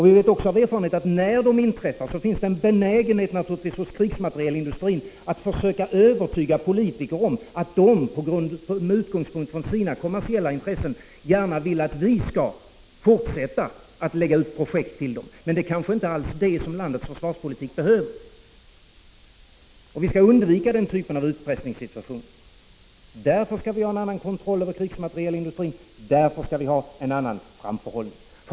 Vi vet också av erfarenhet att det när de inträffar naturligtvis finns en benägenhet hos representanterna för krigsmaterielindustrin att försöka, från sina kommersiella utgångspunkter, få oss politiker att fortsätta att lägga ut projekt för dem. Men det är kanske inte alls det som landets försvarspolitik behöver. Vi skall undvika den typen av utpressningssituationer. Därför skall vi ha en annan kontroll över krigsmaterielindustrin och en annan framförhållning.